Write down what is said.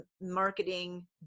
marketing